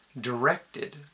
directed